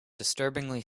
disturbingly